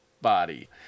body